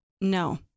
no